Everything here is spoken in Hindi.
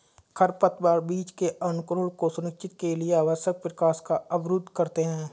खरपतवार बीज के अंकुरण को सुनिश्चित के लिए आवश्यक प्रकाश को अवरुद्ध करते है